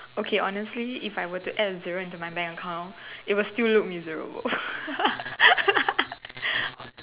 okay honestly if were to add a zero to my bank account it will still look miserable